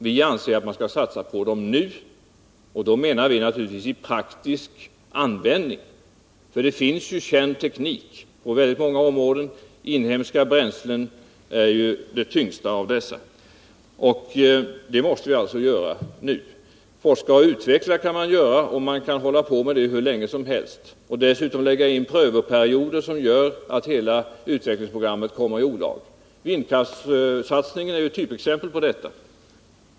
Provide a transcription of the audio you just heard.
Vi anser däremot att man skall satsa på dem nu, och då menar vi naturligtvis att man skall satsa på dem i praktisk användning. Det finns känd teknik på väldigt många områden, och inhemska bränslen är den tyngsta delen. Vi måste alltså satsa nu. Forska och utveckla kan man hålla på med hur länge som helst och dessutom lägga in prövoperioder som gör att hela utvecklingsprogrammet kommer i olag. Vindkraftssatsningen är ett typexempel på detta.